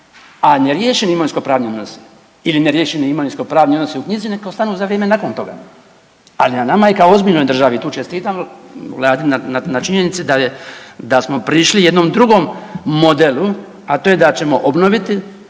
a neriješeni imovinsko-pravni odnosi ili neriješeni imovinsko-pravni odnosi u knjizi neka ostanu za vrijeme nakon toga. Ali na nama je kao ozbiljnoj državi tu čestitam Vladi na činjenici da smo prišli jednom drugom modelu, a to je da ćemo obnoviti